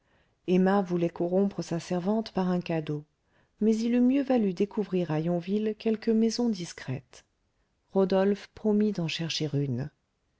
emma voulait corrompre sa servante par un cadeau mais il eût mieux valu découvrir à yonville quelque maison discrète rodolphe promit d'en chercher une